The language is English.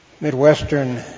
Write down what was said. Midwestern